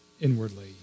inwardly